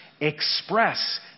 express